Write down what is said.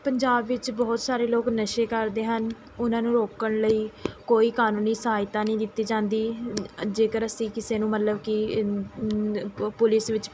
ਪੰਜਾਬ ਵਿੱਚ ਬਹੁਤ ਸਾਰੇ ਲੋਕ ਨਸ਼ੇ ਕਰਦੇ ਹਨ ਉਹਨਾਂ ਨੂੰ ਰੋਕਣ ਲਈ ਕੋਈ ਕਾਨੂੰਨੀ ਸਹਾਇਤਾ ਨਹੀਂ ਦਿੱਤੀ ਜਾਂਦੀ ਅ ਜੇਕਰ ਅਸੀਂ ਕਿਸੇ ਨੂੰ ਮਤਲਬ ਕਿ ਪੁਲਿਸ ਵਿੱਚ